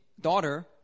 daughter